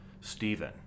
Stephen